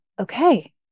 okay